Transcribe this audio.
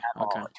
Okay